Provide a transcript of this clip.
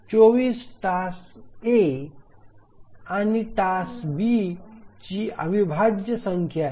24 task A आणि task B ची अविभाज्य संख्या आहे